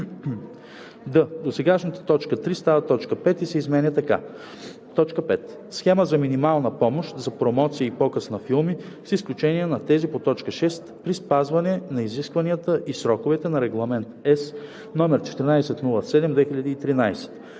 д) досегашната т. 3 става т. 5 и се изменя така: „5. схема за минимална помощ за промоция и показ на филми, с изключение на тези по т. 6, при спазване на изискванията и сроковете на Регламент (ЕС) № 1407/2013;“